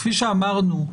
כפי שאמרנו,